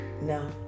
No